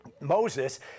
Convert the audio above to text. Moses